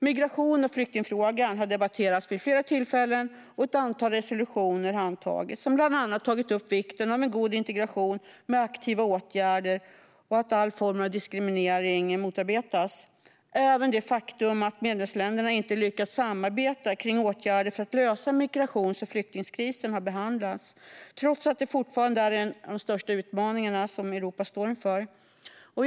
Migrations och flyktingfrågan har debatterats vid flera tillfällen, och ett antal resolutioner har antagits som bland annat tagit upp vikten av god integration med aktiva åtgärder och att all form av diskriminering motarbetas. Även det faktum att medlemsländerna inte lyckats samarbeta om åtgärder för att lösa migrations och flyktingkrisen, trots att det fortfarande är en av de största utmaningar Europa står inför, har behandlats.